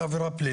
ועבירה פלילית.